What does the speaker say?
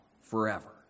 forever